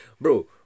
Bro